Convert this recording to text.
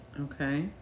Okay